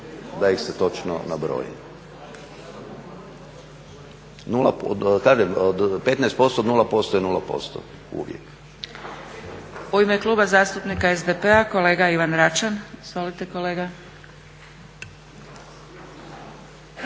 da ih se točno nabroji. **Zgrebec, Dragica (SDP)** U ime Kluba zastupnika SDP-a kolega Ivan Račan. Izvolite kolega.